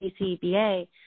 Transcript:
BCBA